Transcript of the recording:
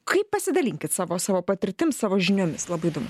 kaip pasidalinkit savo savo patirtim savo žiniomis labai įdomu